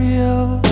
Real